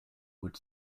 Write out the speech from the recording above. would